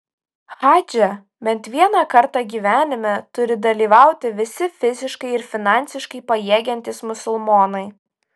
hadže bent vieną kartą gyvenime turi dalyvauti visi fiziškai ir finansiškai pajėgiantys musulmonai